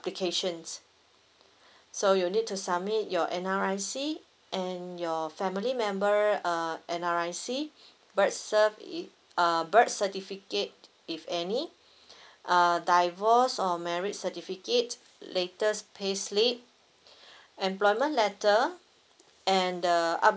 applications so you need to submit your N_R_I_C and your family member uh N_R_I_C birth cert it uh birth certificate if any uh divorce or marriage certificate latest pay slip employment letter and the